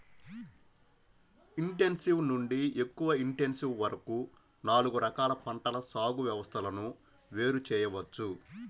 intensive నుండి ఎక్కువ intensive వరకు నాలుగు రకాల పంటల సాగు వ్యవస్థలను వేరు చేయవచ్చు